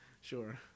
Sure